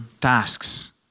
tasks